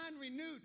renewed